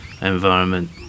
environment